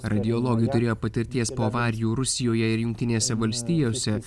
radiologai turėjo patirties po avarijų rusijoje ir jungtinėse valstijose